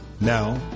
Now